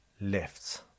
Left